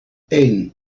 één